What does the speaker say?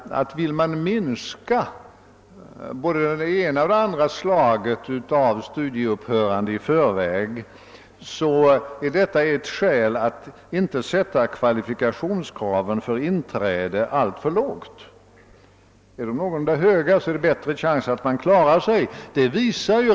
Vill man minska både det ena och det andra slaget av studieupphörande i förväg, finns det nog skäl att inte sätta kvalifikationskraven för inträde alltför lågt. är de någorlunda höga blir chansen större att de studerande klarar sig.